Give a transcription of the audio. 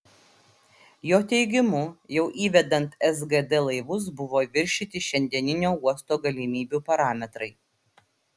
jo teigimu jau įvedant sgd laivus buvo viršyti šiandieninio uosto galimybių parametrai